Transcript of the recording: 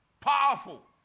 Powerful